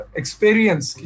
experience